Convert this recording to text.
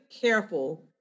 careful